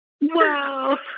wow